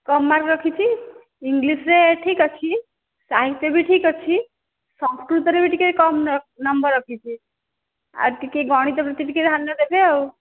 କମ୍ mark ରଖିଛି ଇଂଲିସ୍ରେ ଠିକ୍ ଅଛି ସାହିତ୍ୟ ବି ଠିକ୍ ଅଛି ସଂସ୍କୃତରେ ବି ଟିକିଏ କମ୍ ନମ୍ବର୍ ରଖିଛି ଆଉ ଟିକିଏ ଗଣିତ ପ୍ରତି ଟିକିଏ ଧ୍ୟାନ ଦେବେ ଆଉ